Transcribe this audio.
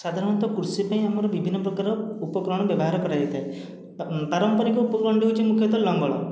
ସାଧାରଣତଃ କୃଷି ପାଇଁ ଆମର ବିଭିନ୍ନ ପ୍ରକାର ଉପକରଣ ବ୍ୟବହାର କରାଯାଇଥାଏ ପାରମ୍ପରିକ ଉପକରଣଟି ହେଉଛି ମୁଖ୍ୟତଃ ଲଙ୍ଗଳ